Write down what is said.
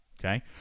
Okay